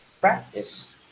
Practice